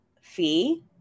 fee